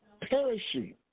perishing